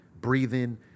breathing